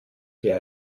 wer